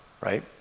right